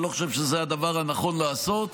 אני לא חושב שזה הדבר הנכון לעשות,